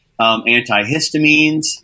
Antihistamines